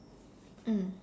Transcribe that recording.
mm